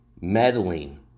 meddling